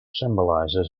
symbolizes